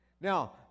Now